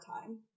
time